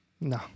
no